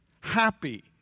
happy